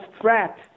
threat